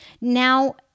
now